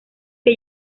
que